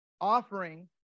Offering